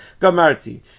gamarti